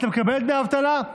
אתה מקבל דמי אבטלה,